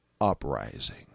uprising